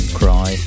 cry